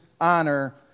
honor